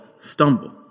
stumble